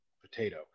potato